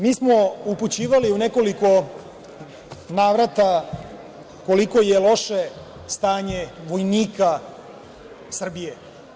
Mi smo upućivali u nekoliko navrata koliko je loše stanje vojnika Srbije.